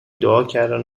دعاکردن